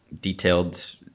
detailed